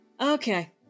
Okay